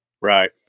Right